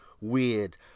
weird